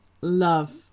love